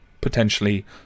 potentially